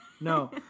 No